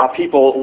people